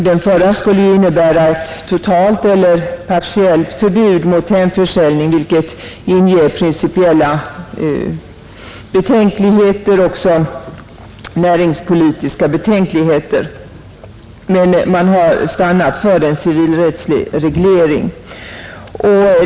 Den förra skulle innebära ett totalt eller partiellt förbud mot hemförsäljning, vilket inger principiella betänkligheter samt också näringspolitiska betänkligheter. Man har stannat för en civilrättslig reglering.